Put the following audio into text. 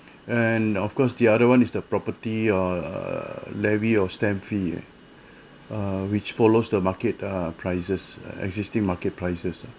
and of course the other one is the property uh levy of stamp fee uh which follows the market uh prices existing market prices